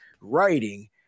writing